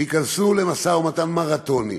שייכנסו למשא-ומתן מרתוני,